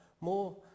more